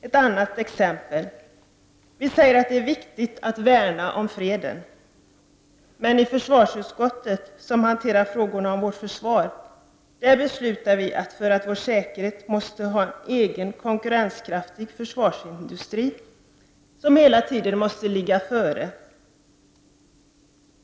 Ett annat exempel: Vi säger att det är viktigt att värna om freden. Men i försvarsutskottet, som hanterar frågorna om vårt försvar, beslutar vi att vi för vår säkerhet måste ha en egen konkurrenskraftig försvarsindustri som hela tiden måste ligga före.